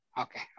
Okay